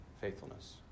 Faithfulness